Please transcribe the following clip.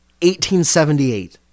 1878